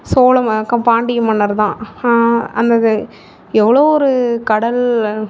சோழ க பாண்டிய மன்னர் தான் அந்த இது எவ்வளோ ஒரு கடல்